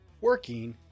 working